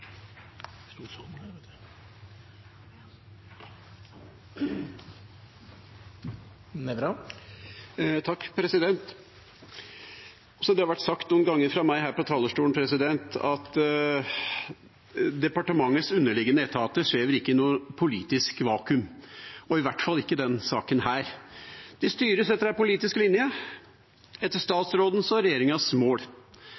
det har vært sagt noen ganger fra meg her på talerstolen: Departementets underliggende etater svever ikke i noe politisk vakuum – og i hvert fall ikke i denne saken. De styres etter en politisk linje, etter